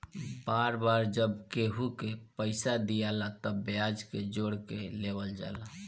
बार बार जब केहू के पइसा दियाला तब ब्याज के जोड़ के लेवल जाला